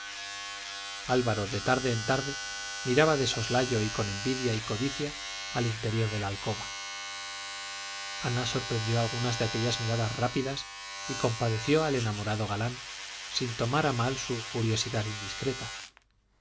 álvaro de tarde en tarde miraba de soslayo y con envidia y codicia al interior de la alcoba ana sorprendió alguna de aquellas miradas rápidas y compadeció al enamorado galán sin tomar a mal su curiosidad indiscreta don